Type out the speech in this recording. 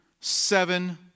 seven